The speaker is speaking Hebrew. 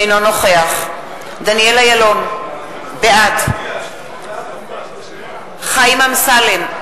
אינו נוכח דניאל אילון, בעד חיים אמסלם,